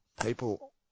people